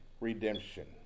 redemption